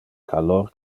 calor